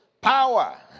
Power